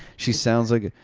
she sounds like.